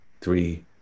three